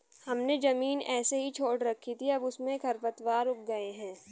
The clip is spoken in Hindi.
हमने ज़मीन ऐसे ही छोड़ रखी थी, अब उसमें खरपतवार उग गए हैं